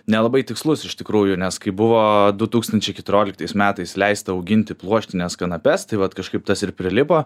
nelabai tikslus iš tikrųjų nes kai buvo du tūkstančiai keturioliktais metais leista auginti pluoštines kanapes tai vat kažkaip tas ir prilipo